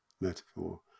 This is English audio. metaphor